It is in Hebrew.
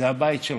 זה הבית שלך.